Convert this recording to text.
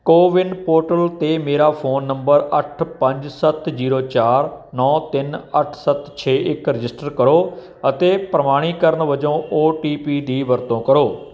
CoWIN portal 'ਤੇ ਮੇਰਾ phone number ਅੱਠ ਪੰਜ ਸੱਤ ਜੀਰੋ ਚਾਰ ਨੌਂ ਤਿੰਨ ਅੱਠ ਸੱਤ ਛੇ ਇੱਕ ਰਜਿਸਟਰ ਕਰੋ ਅਤੇ ਪ੍ਰਮਾਣੀਕਰਨ ਵਜੋਂ ਓਟੀਪੀ ਦੀ ਵਰਤੋਂ ਕਰੋ